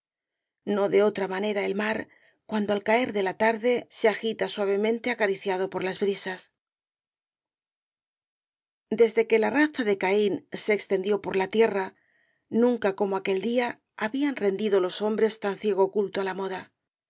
no de otra manera el mar cuando al caer de la tarde se agita suavemente acariciado por las brisas desde que la raza de caín se extendió por la tierra nunca como aquel día habían rendido los hombres tan ciego culto á la moda